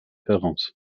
heraus